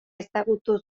ezagutu